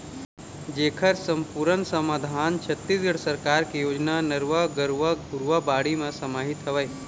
जेखर समपुरन समाधान छत्तीसगढ़ सरकार के योजना नरूवा, गरूवा, घुरूवा, बाड़ी म समाहित हवय